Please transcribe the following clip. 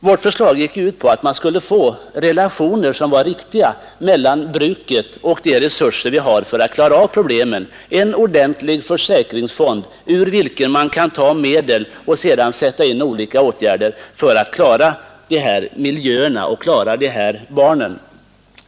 Vårt förslag gick ut på att man skulle få relationer som var riktiga mellan bruket och de resurser vi har för att klara av problemen, en ordentlig försäkringsfond ur vilken man kan ta medel och sedan sätta in olika åtgärder för att klara de här miljöerna och barnen.